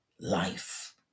life